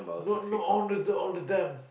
not not all the all the time